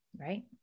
right